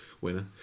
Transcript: winner